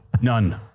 None